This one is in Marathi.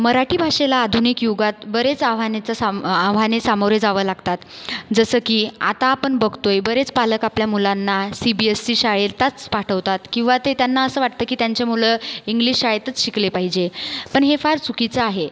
मराठी भाषेला आधुनिक युगात बरेच आव्हाने च साम आ आव्हाने सामोरे जावं लागतात जसं की आता आपण बघतोय बरेच पालक आपल्या मुलांना सी बी एसी सी शाळेतच पाठवतात किंवा ते त्यांना असं वाटतं की त्यांचे मुलं इंग्लिश शाळेतच शिकले पाहिजे पण हे फार चुकीचं आहे